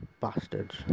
bastards